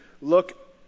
look